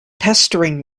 pestering